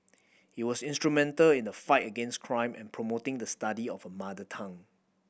he was instrumental in the fight against crime and promoting the study of a mother tongue